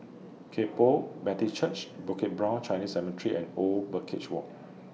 Kay Poh Baptist Church Bukit Brown Chinese Cemetery and Old Birdcage Walk